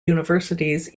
universities